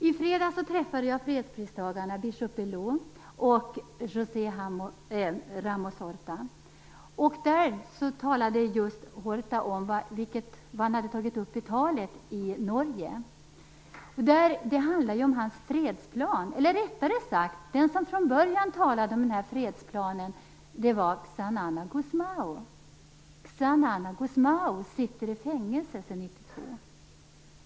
I fredags träffade jag fredspristagarna biskop Belo och José Ramos Horta. Då talade Horta just om vad han hade tagit upp i talet i Norge. Det handlade om hans fredsplan, eller rättare sagt den fredsplan som Xanana Gusmão från början talade om. Xanana Gusmão sitter i fängelse sedan 1992.